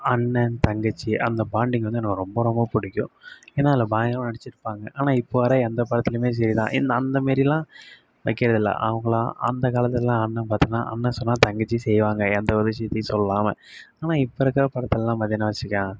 அண்ணன் தங்கச்சி அந்த பாண்டிங் வந்து எனக்கு ரொம்ப ரொம்ப பிடிக்கும் ஏன்னா அதில் பயங்கரமாக நடிச்சி இருப்பாங்க ஆனால் இப்போ வர எந்த படத்துலையுமே சரி தான் எந்த அந்த மாரிலாம் வைக்கிறதில்ல அவங்கலாம் அந்த காலத்துல்லாம் அண்ணன் பார்த்தீனா அண்ணன் சொன்னா தங்கச்சி செய்வாங்க எந்த ஒரு விஷயத்தையும் சொல்லாம ஆனால் இப்போ இருக்கிற படத்துல்லாம் பார்த்தீங்கனா வச்சிக்கயேன்